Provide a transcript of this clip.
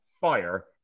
fire